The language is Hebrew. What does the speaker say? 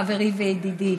חברי וידידי